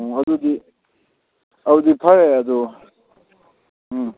ꯎꯝ ꯑꯗꯨꯗꯤ ꯑꯗꯨꯗꯤ ꯐꯔꯦ ꯑꯗꯣ ꯎꯝ